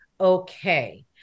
okay